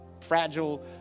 fragile